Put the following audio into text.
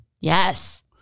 Yes